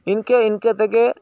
ᱤᱱᱠᱟᱹ ᱤᱱᱠᱟᱹᱛᱮ ᱜᱮ